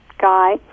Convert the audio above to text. guy